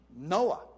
Noah